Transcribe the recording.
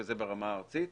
וזה ברמה הארצית.